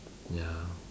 ya